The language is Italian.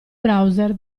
browser